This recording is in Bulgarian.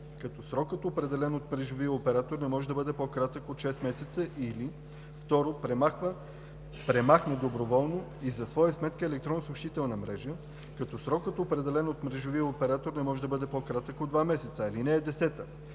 като срокът, определен от мрежовия оператор, не може да бъде по-кратък от шест месеца, или 2. премахне доброволно и за своя сметка електронната съобщителна мрежа, като срокът, определен от мрежовия оператор, не може да бъде по-кратък от два месеца. (10)